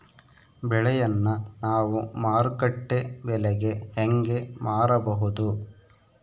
ಬೆಳೆಯನ್ನ ನಾವು ಮಾರುಕಟ್ಟೆ ಬೆಲೆಗೆ ಹೆಂಗೆ ಮಾರಬಹುದು?